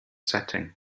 setting